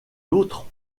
l’autre